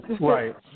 right